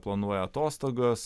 planuoja atostogas